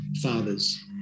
fathers